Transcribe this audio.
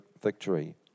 victory